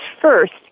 first